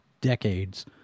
decades